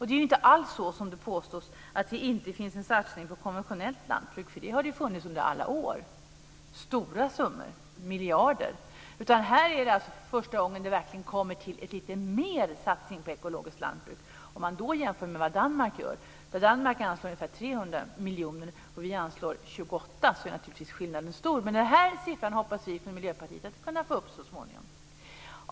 Det är inte alls så som det påstås, att det inte finns en satsning på konventionellt lantbruk. Det har ju funnits under alla år - stora summor, miljarder. Här är det första gången det verkligen kommer till lite mer satsning på ekologiskt lantbruk. Danmark anslår ungefär 300 miljoner, och vi anslår 28 - skillnaden är naturligtvis stor. Men vi hoppas från Miljöpartiet att få upp det så småningom.